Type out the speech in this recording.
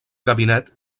gabinet